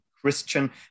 Christian